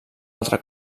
altre